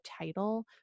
title